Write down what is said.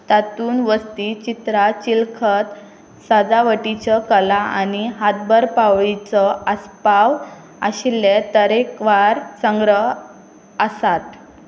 तातूंत वस्ती चित्रां चिलखत सजावटीचो कला आनी हातभर पावळीचो आस्पाव आशिल्ले तरेकवार संग्रह आसात